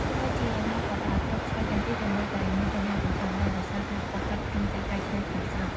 ទោះបីជាយ៉ាងណាក៏ដោយ គ្រាប់ស្វាយចន្ទីក៏នៅតែមានបញ្ហាប្រឈមដែរ ដោយសារការខ្វះខាតរោងចក្រកែច្នៃក្នុងស្រុក។